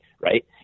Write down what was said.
right